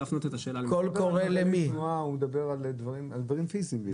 הוא מדבר על דברים פיזיים בעיקר.